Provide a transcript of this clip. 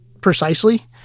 precisely